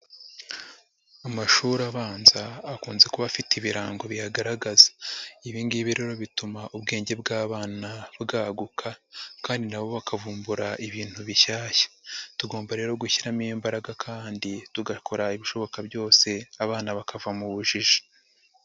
Amashuri abanza akunze kuba afite ibirango biyagaragaza, ibi ngibi rero bituma ubwenge bw'abana bwaguka kandi na bo bakavumbura ibintu bishyashya; tugomba rero gushyiramo imbaraga kandi tugakora ibishoboka byose abana bakava mu bujiji.